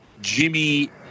Jimmy